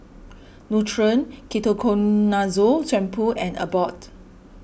Nutren Ketoconazole Shampoo and Abbott